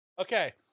okay